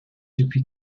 depuis